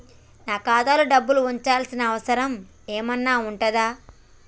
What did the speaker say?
నాకు ఖాతాలో డబ్బులు ఉంచాల్సిన అవసరం ఏమన్నా ఉందా?